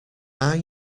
are